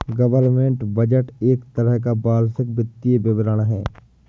government budget एक तरह का वार्षिक वित्तीय विवरण है